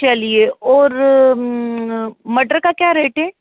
चलिए और मटर का क्या रेट है